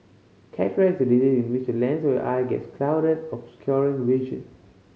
cataract is a disease in which the lens of the eye gets clouded obscuring vision